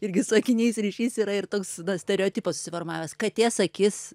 irgi su akiniais ryšys yra ir toks stereotipas susiformavęs katės akis